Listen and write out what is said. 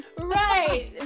right